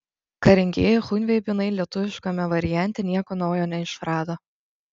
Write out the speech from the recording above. karingieji chunveibinai lietuviškame variante nieko naujo neišrado